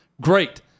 Great